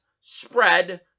spread